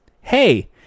hey